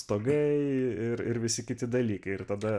stogai ir ir visi kiti dalykai ir tada